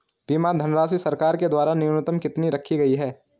बीमा धनराशि सरकार के द्वारा न्यूनतम कितनी रखी गई है?